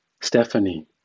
Stephanie